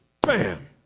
Bam